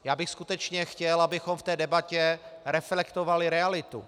Já bych skutečně chtěl, abychom v té debatě reflektovali realitu.